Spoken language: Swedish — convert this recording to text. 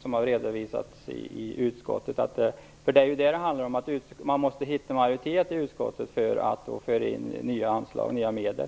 som har redovisats i utskottet. Det handlar ju om att man måste få majoritet i utskottet för att föra in nya anslag och medel.